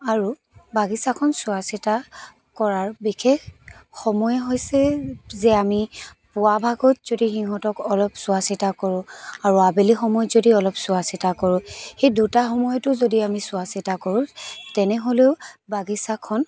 আৰু বাগিচাখন চোৱা চিতা কৰাৰ বিশেষ সময় হৈছে যে আমি পুৱাভাগত যদি সিহঁতক অলপ চোৱা চিতা কৰোঁ আৰু আবেলি সময়ত যদি অলপ চোৱা চিতা কৰোঁ সেই দুটা সময়তো যদি আমি চোৱা চিতা কৰোঁ তেনেহ'লেও বাগিচাখন